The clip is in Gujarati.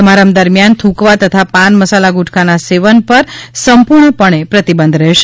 સમારંભ દરમિયાન થુંકવા તથા પાન મસાલા ગુટખાના સેવન પર સંપૂર્ણપણે પ્રતિબંધ રહેશે